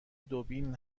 دوبلین